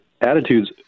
attitudes